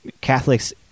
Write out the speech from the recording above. Catholics